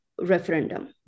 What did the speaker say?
referendum